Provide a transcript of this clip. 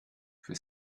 für